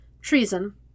Treason